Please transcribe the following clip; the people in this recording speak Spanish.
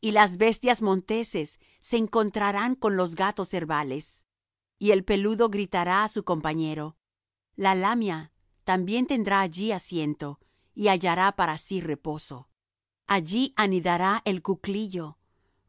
y las bestias monteses se encontrarán con los gatos cervales y el peludo gritará á su compañero la lamia también tendrá allí asiento y hallará para sí reposo allí anidará el cuclillo